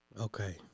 Okay